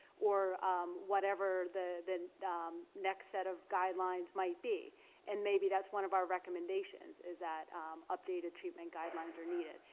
or whatever the next set of guidelines might be and maybe that's one of our recommendations is that updated treatment guidelines are needed.